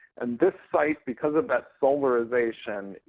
and this site, because of that solarization,